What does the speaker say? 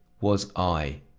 was i!